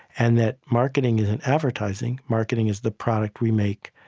and that marketing isn't advertising marketing is the product we make,